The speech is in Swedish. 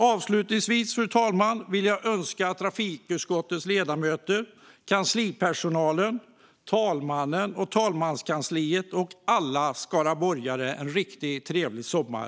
Avslutningsvis, fru talman, vill jag önska trafikutskottets ledamöter, kanslipersonalen, talmannen, talmanskansliet och alla skaraborgare en riktigt trevlig sommar!